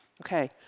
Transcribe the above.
Okay